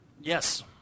Yes